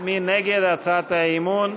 הצעת המחנה הציוני